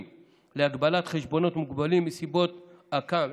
להגבלת חשבונות מוגבלים מסיבות אכ"מ,